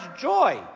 joy